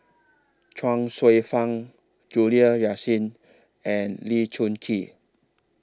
Chuang Hsueh Fang Juliana Yasin and Lee Choon Kee